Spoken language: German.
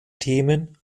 themen